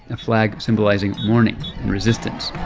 a flag symbolizing mourning and resistance